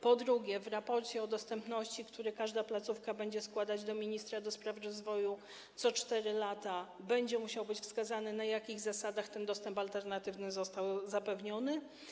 Po drugie, w raporcie o dostępności, który każda placówka będzie składała do ministra do spraw rozwoju co 4 lata, będzie trzeba wskazać, na jakich zasadach dostęp alternatywny został zapewniony.